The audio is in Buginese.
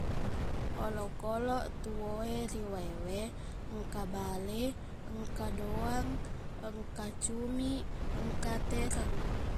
Olokkoloq tuo e ri waewe engka bale engka doang engka cumiq engka tereng